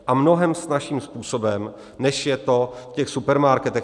A mnohem snazším způsobem, než je to v supermarketech.